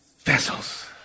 vessels